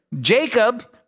Jacob